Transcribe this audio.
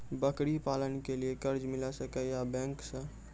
बकरी पालन के लिए कर्ज मिल सके या बैंक से?